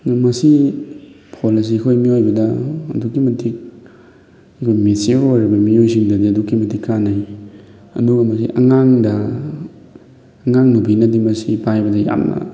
ꯑꯗꯣ ꯃꯁꯤ ꯐꯣꯟ ꯑꯁꯤ ꯑꯩꯈꯣꯏ ꯃꯤꯑꯣꯏꯕꯗ ꯑꯗꯨꯛꯀꯤ ꯃꯇꯤꯛ ꯃꯦꯆꯤꯌꯣꯔ ꯑꯣꯏꯔꯕ ꯃꯤꯑꯣꯏꯁꯤꯡꯗꯗꯤ ꯑꯗꯨꯛꯀꯤ ꯃꯇꯤꯛ ꯀꯥꯟꯅꯩ ꯑꯗꯨꯕꯨ ꯃꯁꯤ ꯑꯉꯥꯡꯗ ꯑꯉꯥꯡꯅꯨꯕꯤꯅꯗꯤ ꯃꯁꯤ ꯄꯥꯏꯕꯗ ꯌꯥꯝꯅ